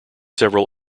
several